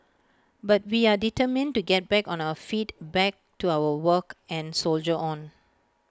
but we are determined to get back on our feet back to our work and soldier on